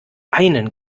einen